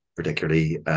particularly